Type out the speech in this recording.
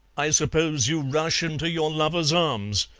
i suppose you rush into your lover's arms.